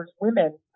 women